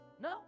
No